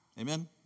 Amen